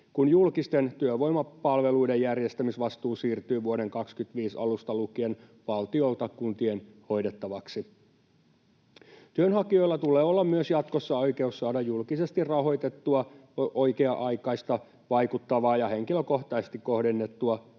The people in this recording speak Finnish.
kun julkisten työvoimapalveluiden järjestämisvastuu siirtyy vuoden 25 alusta lukien valtiolta kuntien hoidettavaksi. Työnhakijoilla tulee olla myös jatkossa oikeus saada julkisesti rahoitettua, oikea-aikaista, vaikuttavaa ja henkilökohtaisesti kohdennettua